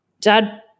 dad